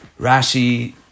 Rashi